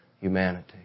humanity